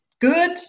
good